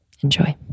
Enjoy